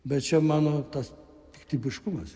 bet čia mano tas piktybiškumas